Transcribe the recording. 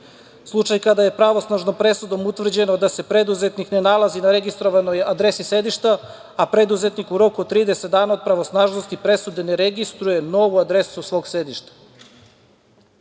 slučaj kada je pravnosnažnom presudom utvrđeno da se preduzetnik ne nalazi na registrovanoj adresi sedišta, a preduzetnik u roku od 30 dana od pravnosnažnosti presude ne registruje novu adresu svog sedišta. Realan